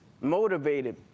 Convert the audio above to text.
motivated